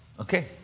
Okay